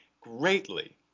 greatly